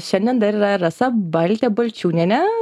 šiandien dar yra rasa baltė balčiūnienė